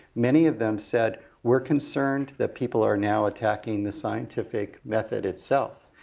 many of them said we're concerned that people are now attacking the scientific method itself.